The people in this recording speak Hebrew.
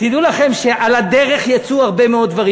תדעו לכם שעל הדרך יצאו הרבה מאוד דברים.